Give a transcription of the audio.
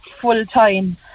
full-time